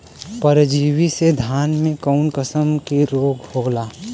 परजीवी से धान में कऊन कसम के रोग होला?